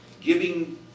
giving